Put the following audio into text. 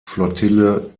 flottille